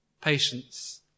Patience